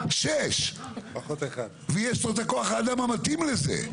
24/6. ויש כבר כוח האדם המתאים לזה.